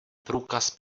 průkaz